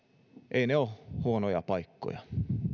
eivät ne ole huonoja paikkoja